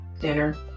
dinner